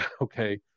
Okay